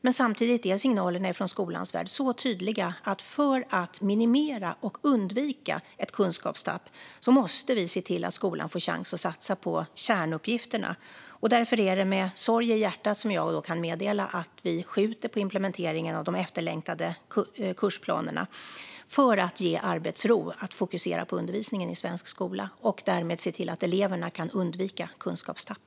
Men samtidigt är signalerna från skolans värld så tydliga att vi, för att minimera och undvika ett kunskapstapp, måste se till att skolan får chans att satsa på kärnuppgifterna. Därför är det med sorg i hjärtat som jag kan meddela att vi skjuter på implementeringen av de efterlängtade kursplanerna, för att ge arbetsro att fokusera på undervisningen i svensk skola och därmed se till att eleverna kan undvika kunskapstapp.